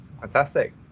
fantastic